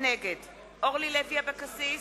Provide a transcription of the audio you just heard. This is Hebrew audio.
נגד אורלי לוי אבקסיס,